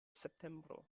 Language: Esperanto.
septembro